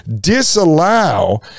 disallow